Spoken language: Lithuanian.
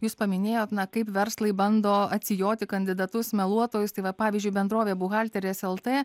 jūs paminėjote na kaip verslai bando atsijoti kandidatus meluoti o įstaiga pavyzdžiui bendrovė buhalteriais eltoje